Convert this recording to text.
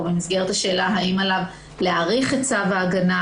במסגרת השאלה האם עליו להאריך את צו הגנה,